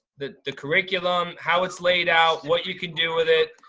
the the curriculum, how it's laid out, what you can do with it.